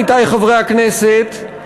עמיתי חברי הכנסת,